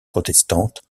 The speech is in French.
protestantes